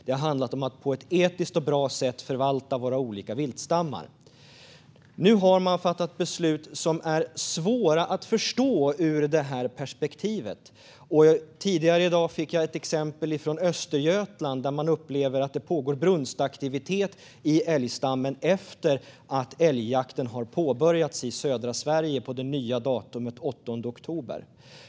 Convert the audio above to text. Det har handlat om att på ett etiskt och bra sätt förvalta våra olika viltstammar. Nu har man fattat beslut som är svåra att förstå ur det perspektivet. Tidigare i dag fick jag ett exempel från Östergötland där man upplever att det pågår brunstaktivitet i älgstammen efter att älgjakten har påbörjats i södra Sverige på det nya datumet den 8 oktober.